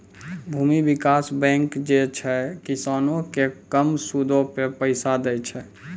भूमि विकास बैंक जे छै, किसानो के कम सूदो पे पैसा दै छे